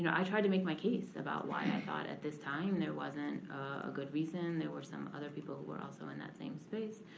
you know tried to make my case about why i thought at this time there wasn't a good reason. there were some other people who were also in that same space.